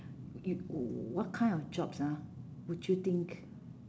y~ what kind of jobs ah would you think